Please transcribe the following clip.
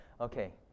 okay